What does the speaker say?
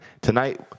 Tonight